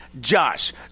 Josh